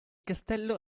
castello